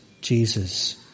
Jesus